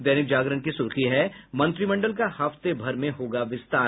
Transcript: दैनिक जागरण की सुर्खी है मंत्रिमंडल का हफ्ते भर में होगा विस्तार